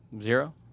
Zero